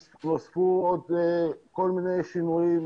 נוספו עוד כל מיני שינויים.